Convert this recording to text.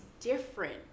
different